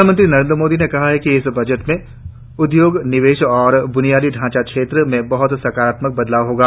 प्रधानमंत्री नरेन्द्र मोदी ने कहा है कि इस बजट से उद्योग निवेश और ब्नियादी ढांचा क्षेत्र में बहत सकारात्मक बदलाव होंगे